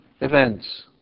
events